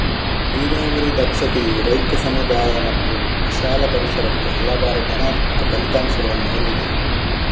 ನೀರಾವರಿ ದಕ್ಷತೆಯು ರೈತ, ಸಮುದಾಯ ಮತ್ತು ವಿಶಾಲ ಪರಿಸರಕ್ಕೆ ಹಲವಾರು ಧನಾತ್ಮಕ ಫಲಿತಾಂಶಗಳನ್ನು ಹೊಂದಿದೆ